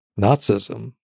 Nazism